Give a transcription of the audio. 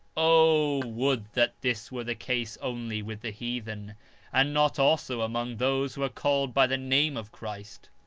oh! would that this were the case only with the heathen and not also among those who are called by the name of christ!